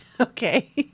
Okay